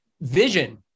vision